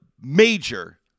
major